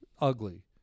ugly